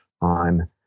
on